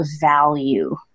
value